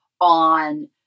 on